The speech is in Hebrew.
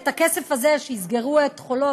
את הכסף הזה שיסגרו את חולות,